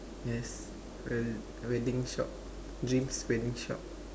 yes we~ wedding shop dreams wedding shop